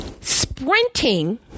sprinting